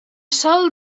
sol